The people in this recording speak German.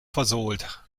versohlt